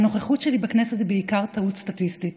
הנוכחות שלי בכנסת היא בעיקר טעות סטטיסטית.